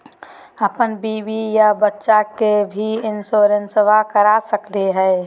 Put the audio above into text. अपन बीबी आ बच्चा के भी इंसोरेंसबा करा सकली हय?